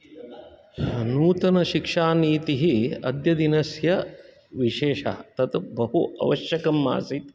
नूतनशिक्षानीतिः अद्यदिनस्य विशेषः तत् बहु आवश्यकमासीत्